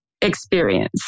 experience